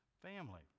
family